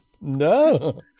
No